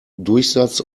durchsatz